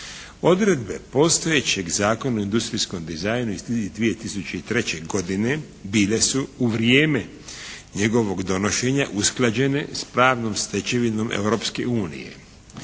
Odredbe postojećeg Zakona o industrijskom dizajnu iz 2003. godine bile su u vrijeme njegovog donošenja usklađene s pravnom stečevinom Europske unije.